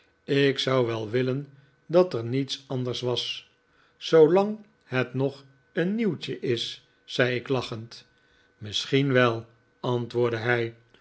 ik zou wel willen dat er niets anders was zoolang het nog een nieuwtje is zei ik lachend misschien wel antwoordde hij